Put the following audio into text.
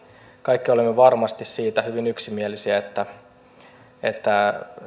kaikki olemme varmasti siitä hyvin yksimielisiä että